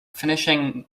finishing